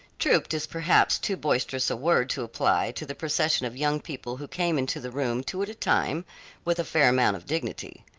trooped is perhaps too boisterous a word to apply to the procession of young people who came into the room two at a time with a fair amount of dignity.